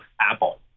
Apple